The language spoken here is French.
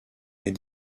est